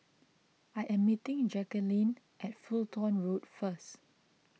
I am meeting Jackeline at Fulton Road first